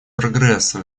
прогресса